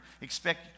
expect